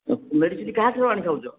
medicine କାହାଠୁ ଆଣିକି ଖାଉଛ